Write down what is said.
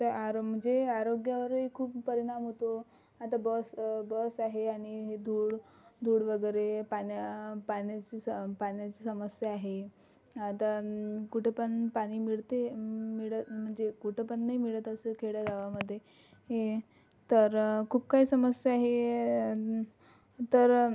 त्या आर म्हणजे आरोग्यावरही खूप परिणाम होतो आता बस बस आहे आणि धूळ धूळ वगैरे पाण्या पाण्याची सम पाण्याची समस्या आहे आता कुठे पण पाणी मिळते मिळत म्हणजे कुठंपण नाही मिळत असं खेडेगावामध्ये तर खूप काही समस्या आहे तर